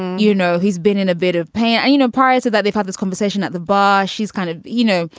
you know, he's been in a bit of pain. and, you know, parts of that. they've had this conversation at the bar. she's kind of you know,